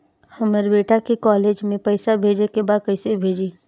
हमर बेटा के कॉलेज में पैसा भेजे के बा कइसे भेजी?